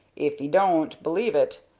if ee doan't believe it,